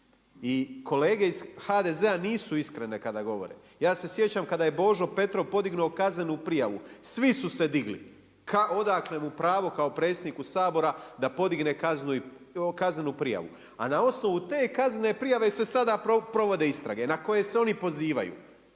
I kolege iz HDZ-a nisu iskrene kada govore. Ja se sjećam kada je Božo Petrov podignuo kaznenu prijavu svi su se digli. Odakle mu pravo kao predsjedniku Sabora da podigne kaznenu prijavu, a na osnovu te kaznene prijave se sada provode istrage na koje se oni pozivaju.